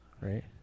right